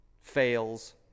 fails